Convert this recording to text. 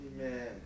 Amen